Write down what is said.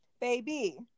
baby